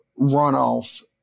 runoff